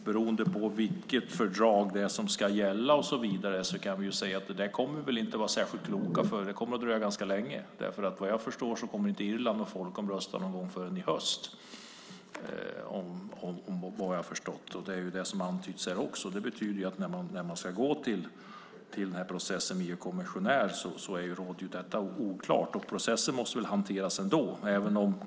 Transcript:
Beroende på vilket fördrag det är som ska gälla och så vidare kan vi ju se att vi inte kommer att vara särskilt mycket klokare, för det kommer att dröja ganska länge. Vad jag förstår kommer inte Irland att folkomrösta förrän någon gång i höst. Det är ju det som antyds i svaret också. Det betyder att när processen för att tillsätta en EU-kommissionär dras i gång är detta oklart. Processen måste väl hanteras ändå.